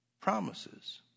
Promises